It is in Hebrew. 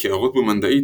בקערות במנדעית,